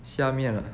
虾面 ah